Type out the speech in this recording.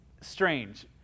strange